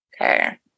okay